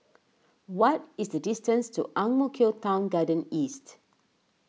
what is the distance to Ang Mo Kio Town Garden East